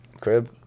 crib